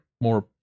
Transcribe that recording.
more